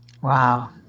Wow